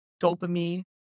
dopamine